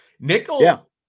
Nickel